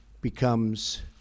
becomes